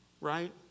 right